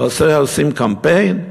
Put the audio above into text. ועל זה עושים קמפיין?